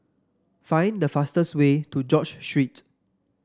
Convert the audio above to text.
find the fastest way to George Street